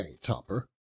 topper